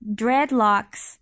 dreadlocks